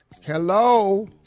Hello